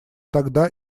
тогда